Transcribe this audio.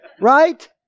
Right